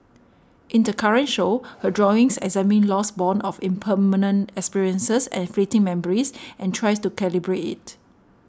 in the current show her drawings examine loss borne of impermanent experiences and fleeting memories and tries to calibrate it